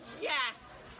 yes